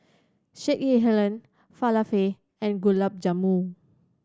Sekihan Falafel and Gulab Jamun